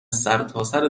سرتاسر